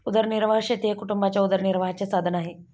उदरनिर्वाह शेती हे कुटुंबाच्या उदरनिर्वाहाचे साधन आहे